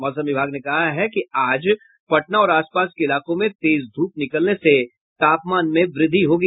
मौसम विभाग ने कहा है कि आज पटना और आसपास के इलाकों में तेज धूप निकलने से तापमान में वृद्धि होगी